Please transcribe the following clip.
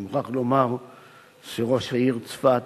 אני מוכרח לומר שראש העיר של צפת,